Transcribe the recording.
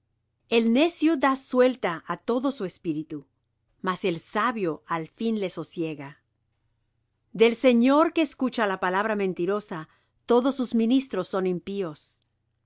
el necio da suelta á todo su espíritu mas el sabio al fin le sosiega del señor que escucha la palabra mentirosa todos sus ministros son impíos